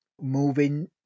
moving